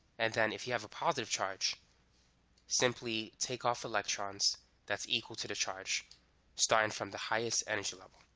and then if you have a positive charge simply take off electrons that's equal to the charge starting from the highest energy level.